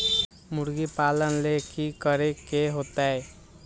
मुर्गी पालन ले कि करे के होतै?